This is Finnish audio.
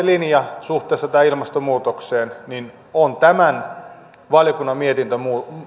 linja suhteessa tähän ilmastonmuutokseen on tämän valiokunnan mietinnön